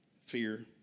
Fear